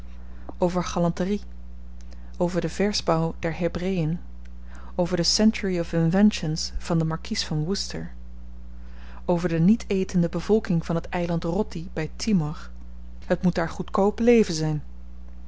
over galanterie over den versbouw der hebreën over de century of inventions van den markies van worcester over de niet etende bevolking van het eiland rotti by timor het moet daar goedkoop leven zyn